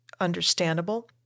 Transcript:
understandable